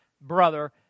brother